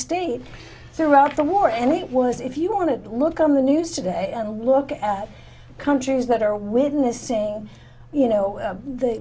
stayed throughout the war and it was if you want to look on the news today and look at countries that are witnessing you know the